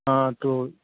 हाँ तो